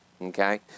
okay